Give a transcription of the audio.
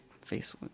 face